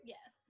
Yes